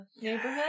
neighborhood